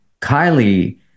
Kylie